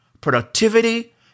productivity